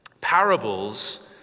Parables